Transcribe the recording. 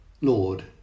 Lord